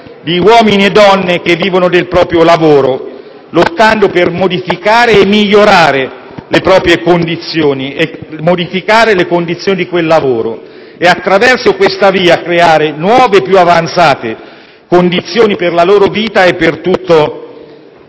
di uomini e donne che vivono del proprio lavoro, lottando per modificare e migliorare le loro condizioni e le condizioni di quel lavoro. Attraverso questa via si cerca di creare nuove e più avanzate condizioni per la loro vita e per tutta la